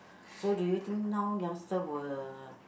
so do you think now youngster will